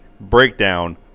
breakdown